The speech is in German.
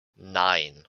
nein